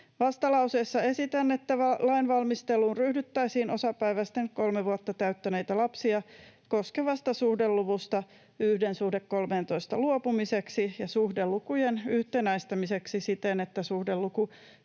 Vastalauseessa esitän, että lainvalmisteluun ryhdyttäisiin osapäiväisiä kolme vuotta täyttäneitä lapsia koskevasta suhdeluvusta 1:13 luopumiseksi ja suhdelukujen yhtenäistämiseksi siten, että suhdeluku